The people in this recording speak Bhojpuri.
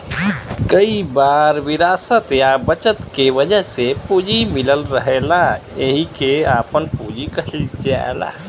कई बार विरासत या बचत के वजह से पूंजी मिलल रहेला एहिके आपन पूंजी कहल जाला